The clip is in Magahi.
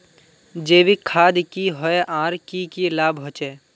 जैविक खाद की होय आर की की लाभ होचे?